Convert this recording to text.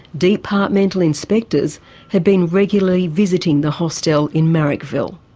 departmental inspectors had been regularly visiting the hostel in marrickville.